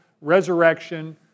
resurrection